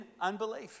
unbelief